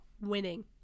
Winning